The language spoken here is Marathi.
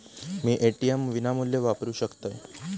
मी ए.टी.एम विनामूल्य वापरू शकतय?